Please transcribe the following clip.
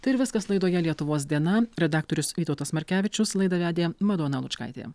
tai ir viskas laidoje lietuvos diena redaktorius vytautas markevičius laidą vedė madona lučkaitė